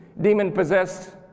demon-possessed